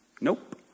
Nope